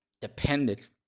dependent